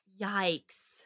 Yikes